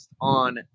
on